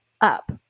up